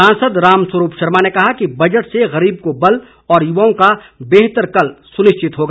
सांसद रामस्वरूप शर्मा ने कहा कि बजट से गरीब को बल और यूवाओं का बेहतर कल सुनिश्चित होगा